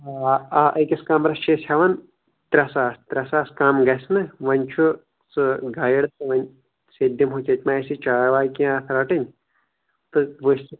آ آ أکِس کَمرَس چھِ أسۍ ہٮ۪وان ترٛےٚ ساس ترٛےٚ ساس کَم گژھِ نہٕ وۄںۍ چھُ ژٕ گایڈ تہِ وۄنۍ ژےٚ تہِ دِمہوے ژےٚ تہِ مہ آسہِ چاے واے کیٚنہہ اَتھ رَٹٕنۍ تہٕ